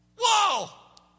Whoa